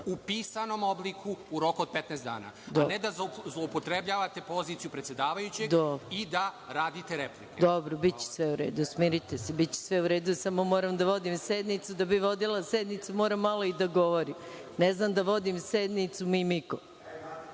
U pisanom obliku, u roku od 15 dana, a ne da zloupotrebljavate poziciju predsedavajućeg i da radite replike. Hvala. **Maja Gojković** Dobro, biće sve u redu. Smirite se, biće sve u redu, samo moram da vodim sednicu. Da bih vodila sednicu, moram malo i da govorim. Ne znam da vodim sednicu mimikom. Ako